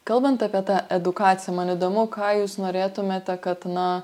kalbant apie tą edukaciją man įdomu ką jūs norėtumėte kad na